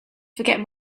forget